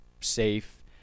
safe